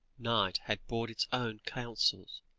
night had brought its own counsels,